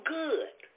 good